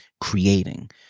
creating